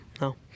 No